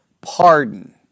pardon